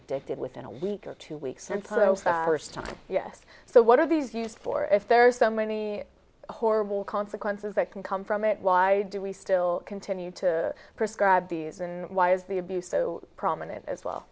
addicted within a week or two weeks and time yes so what are these use for if there are so many horrible consequences that can come from it why do we still continue to prescribe these and why is the abuse so prominent as well